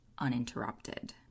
uninterrupted